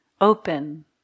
open